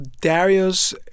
Darius